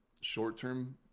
short-term